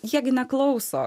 jie neklauso